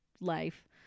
life